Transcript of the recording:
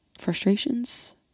frustrations